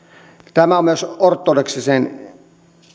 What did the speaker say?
tämä on myös ortodoksisen